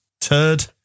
turd